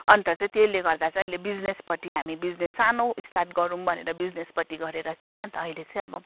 अन्त चाहिँ त्यसले गर्दा चाहिँ अहिले बिजिनेसपट्टि हामी बिजिनेस सानो स्टार्ट गरौँ भनेर बिजिनेसपट्टि गरेर चाहिँ अन्त अहिले चाहिँ अब